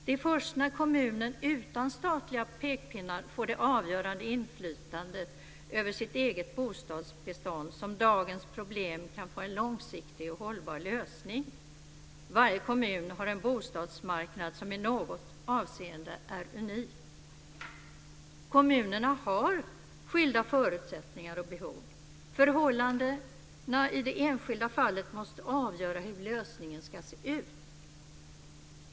Det är först när kommunen utan statliga pekpinnar får det avgörande inflytandet över sitt eget bostadsbestånd som dagens problem kan få en långsiktig och hållbar lösning. Varje kommun har en bostadsmarknad som i något avseende är unik. Kommunerna har skilda förutsättningar och behov. Förhållandena i det enskilda fallet måste avgöra hur lösningen ska se ut.